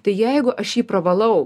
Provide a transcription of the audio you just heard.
tai jeigu aš jį pravalau